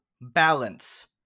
Balance